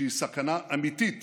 שהיא סכנה אמיתית